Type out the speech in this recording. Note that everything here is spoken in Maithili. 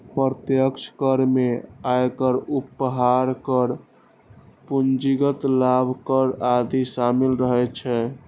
प्रत्यक्ष कर मे आयकर, उपहार कर, पूंजीगत लाभ कर आदि शामिल रहै छै